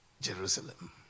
Jerusalem